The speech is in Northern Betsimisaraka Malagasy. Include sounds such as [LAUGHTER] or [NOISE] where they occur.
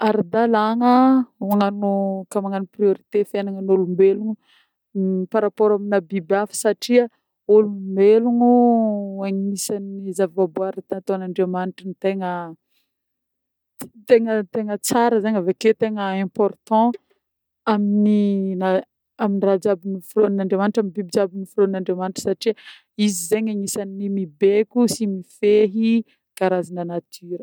Ara-dalagna magnano koà magnano priorité fiegnan'olombelogno [HESITATION] par rapport amina biby hafa satria olombelogno agnisan'ny zava-boary natôn'Andriamanitra tegna tegna tegna tsara zany avekeo tegna important amin'ny na- amin'ny raha jiaby noforonin'Andriamanitra amin'ny biby jiaby noforonin'Andriamanitra satria izy zany agnisany mibeko sy mifehy karazana nature.